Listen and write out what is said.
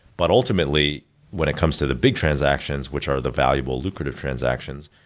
but ultimately when it comes to the big transactions, which are the valuable lucrative transactions,